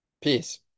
Peace